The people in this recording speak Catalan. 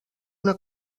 una